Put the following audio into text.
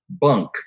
bunk